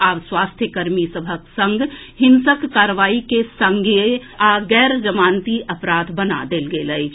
आब स्वास्थ्य कर्मी सभक संग हिंसक कार्रवाई के संज्ञेय आ गैर जमानती अपराध बना देल गेल अछि